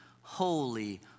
holy